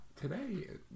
today